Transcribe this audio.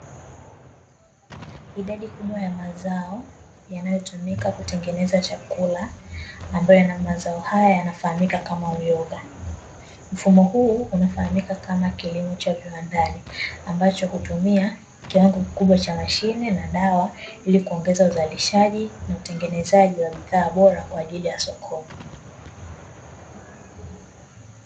Idadi kubwa ya mazao yanayotumika kutengeneza chakula ambayo yana mazao haya yanafahamika kama uyoga, mfumo huu unafahamika kama kilimo cha viwandani ambacho hutumia kiwango kikubwa cha mashine na dawa ili kuongeza uzalishaji na utengenezaji wa bidhaa bora kwa ajili ya sokoni.